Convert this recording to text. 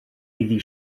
iddi